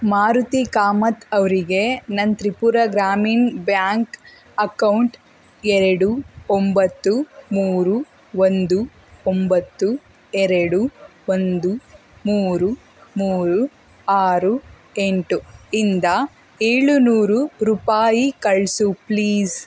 ಮಾರುತಿ ಕಾಮತ್ ಅವರಿಗೆ ನನ್ನ Tripura Gramin bank account ಎರಡು ಒಂಬತ್ತು ಮೂರು ಒಂದು ಒಂಬತ್ತು ಎರಡು ಒಂದು ಮೂರು ಮೂರು ಆರು ಎಂಟು ಇಂದ ಏಳು ನೂರು ರೂಪಾಯಿ ಕಳಿಸು ಪ್ಲೀಸ್